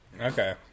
Okay